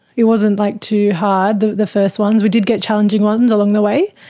it wasn't like too hard, the the first ones. we did get challenging ones along the way,